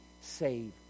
save